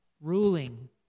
ruling